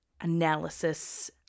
analysis